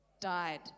died